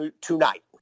tonight